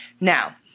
now